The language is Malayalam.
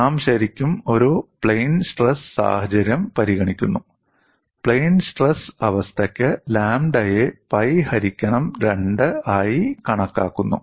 നാം ശരിക്കും ഒരു പ്ലെയിൻ സ്ട്രെസ് സാഹചര്യം പരിഗണിക്കുന്നു പ്ലെയിൻ സ്ട്രെസ് അവസ്ഥയ്ക്ക് ലാംഡയെ പൈ ഹരിക്കണം 2 ആയി കണക്കാക്കുന്നു